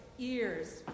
ears